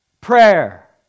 prayer